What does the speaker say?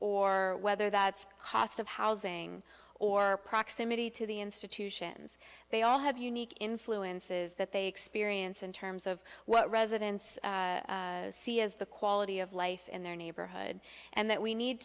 or whether that's cost of housing or proximity to the institutions they all have unique influences that they experience in terms of what residents see as the quality of life in their neighborhood and that we need